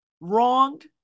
wronged